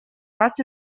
раз